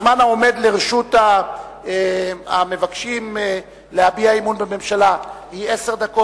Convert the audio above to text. הזמן העומד לרשות המבקשים להביע אי-אמון בממשלה יהיה עשר דקות,